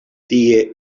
tie